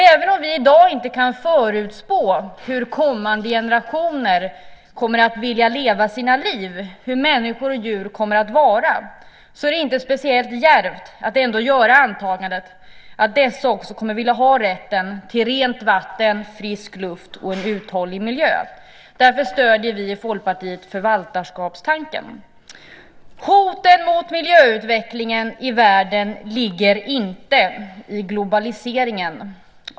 Även om vi i dag inte kan förutspå hur kommande generationer kommer att vilja leva sina liv eller hur människor och djur kommer att vara är det inte speciellt djärvt att ändå göra antagandet att dessa också kommer att vilja ha rätten till rent vatten, frisk luft och en uthållig miljö. Därför stöder vi i Folkpartiet förvaltarskapstanken. Hoten mot miljöutvecklingen i världen ligger inte i globaliseringen.